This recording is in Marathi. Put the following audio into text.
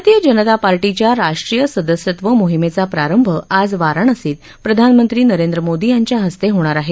भारतीय जनता पार्टीच्या राष्ट्रीय सदस्यत्व मोहिमेचा प्रारंभ आज वाराणसीत प्रधानमंत्री नरेंद्र मोदी यांच्या हस्ते होणार आहे